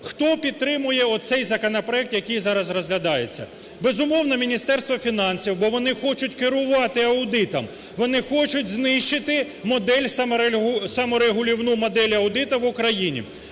Хто підтримує оцей законопроект, який зараз розглядається? Безумовно, Міністерство фінансів, бо вони хочуть керувати аудитом, вони хочуть знищити модель, саморегулівну модель аудиту в Україні,